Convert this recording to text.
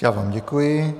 Já vám děkuji.